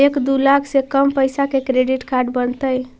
एक दू लाख से कम पैसा में क्रेडिट कार्ड बनतैय?